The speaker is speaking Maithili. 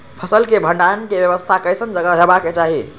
फसल के भंडारण के व्यवस्था केसन जगह हेबाक चाही?